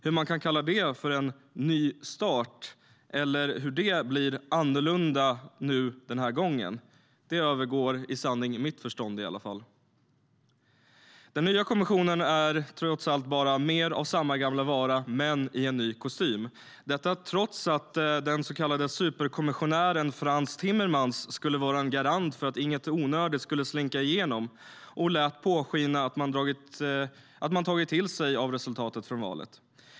Hur man kan kalla det för en ny start eller hur det blir annorlunda den här gången övergår i sanning mitt förstånd. Den nya kommissionen är trots allt bara mer av samma gamla vara men i ny kostym - detta trots att den så kallade superkommissionären Frans Timmermans skulle vara en garant för att inget onödigt skulle slinka igenom och lät påskina att man tagit till sig av resultatet från valet.